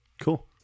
Cool